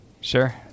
Sure